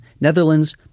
Netherlands